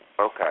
Okay